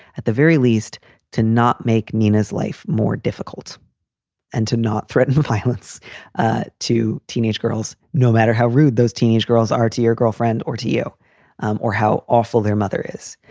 at the very least to not make nina's life more difficult and to not threatened with violence ah two teenage girls. no matter how rude those teenage girls are to your girlfriend or to you or how awful their mother is,